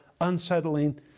unsettling